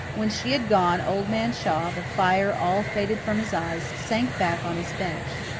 when she had gone old man shaw, the fire all faded from his eyes, sank back on his bench.